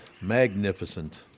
Magnificent